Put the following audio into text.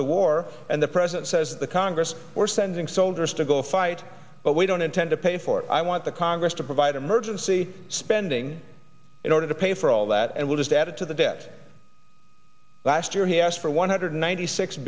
to war and the president says the congress we're sending soldiers to go fight but we don't intend to pay for i want the congress to provide emergency spending in order to pay for all that and we just added to the death last year he asked for one hundred ninety six